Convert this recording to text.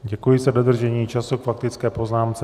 Děkuji za dodržení času k faktické poznámce.